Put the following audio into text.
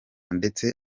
ndetse